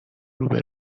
روبه